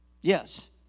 Yes